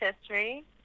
history